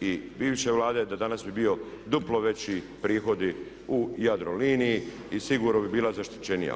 i bivše Vlade, da danas bi bio duplo veći prihodi u Jadroliniji i sigurno bi bila zaštićenija.